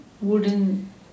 wooden